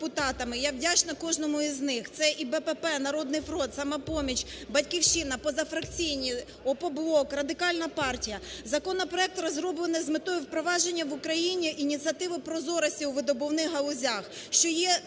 я вдячна кожному із них. Це і БПП, "Народний фронт", "Самопоміч", "Батьківщина", позафракційні, "Опоблок", Радикальна партія. Законопроект розроблено з метою впровадження в Україні Ініціативи прозорості у видобувних галузях, що є всесвітньо